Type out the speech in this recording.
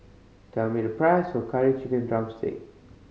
tell me the price of Curry Chicken drumstick